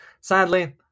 Sadly